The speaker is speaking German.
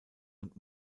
und